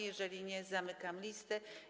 Jeżeli nie, zamykam listę.